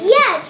Yes